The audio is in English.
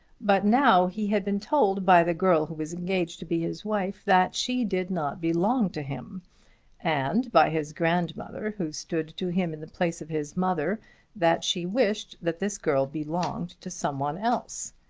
but now he had been told by the girl who was engaged to be his wife that she did not belong to him and by his grandmother who stood to him in the place of his mother that she wished that this girl belonged to some one else!